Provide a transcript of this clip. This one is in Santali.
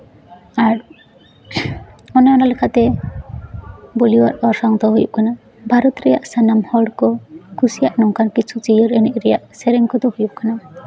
ᱟᱨ ᱚᱱᱮ ᱚᱱᱟ ᱞᱮᱠᱟᱛᱮ ᱵᱚᱞᱤᱣᱩᱰ ᱟᱜ ᱚᱨᱥᱚᱝ ᱫᱚ ᱦᱩᱭᱩᱜ ᱠᱟᱱᱟ ᱵᱷᱟᱨᱚᱛ ᱨᱮᱭᱟᱜ ᱥᱟᱱᱟᱢ ᱦᱚᱲ ᱠᱚ ᱠᱩᱥᱤᱭᱟᱜ ᱱᱚᱝᱠᱟᱱ ᱠᱤᱪᱷᱩ ᱡᱤᱭᱟᱹᱲ ᱮᱱᱮᱡ ᱨᱮᱭᱟᱜ ᱥᱮᱨᱮᱧ ᱠᱚᱫᱚ ᱦᱩᱭᱩᱜ ᱠᱟᱱᱟ